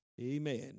Amen